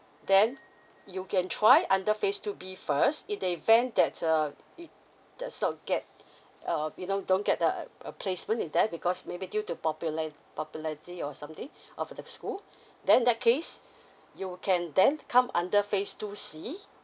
then you can try under phase two B first in the event that uh you does not get um you know don't get a a placement in there because maybe due to popula~ popularity or something of the school then in that case you can then come under phase two C